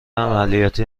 عملیاتی